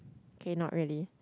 okay not really